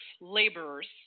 laborers